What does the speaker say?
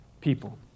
people